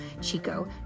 Chico